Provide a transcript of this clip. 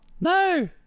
No